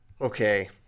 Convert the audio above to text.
Okay